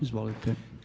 Izvolite.